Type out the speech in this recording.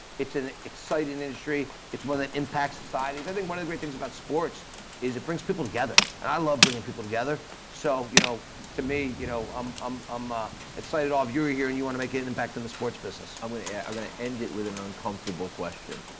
it's an exciting industry, it's one that impacts societies. i think one of the great things about sports is it brings people together and i love bringing people together, so you know to me, you know i'm um um ah excited all of you were here and you want to make an impact in the sports business. i'm gonna yeah i'm gonna end it with an uncomfortable question.